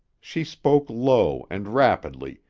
she spoke low and rapidly,